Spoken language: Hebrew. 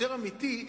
יותר אמיתי,